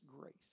grace